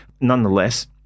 nonetheless